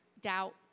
doubt